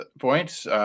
points